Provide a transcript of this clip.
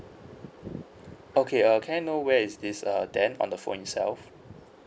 okay uh can I know where is this uh dent on the phone itself